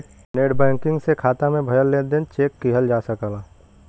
net banking से खाता में भयल लेन देन चेक किहल जा सकला